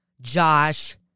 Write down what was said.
Josh